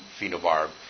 phenobarb